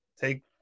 take